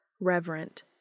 reverent